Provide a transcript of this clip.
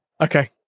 Okay